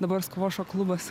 dabar skvošo klubas